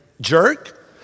jerk